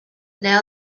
now